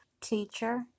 teacher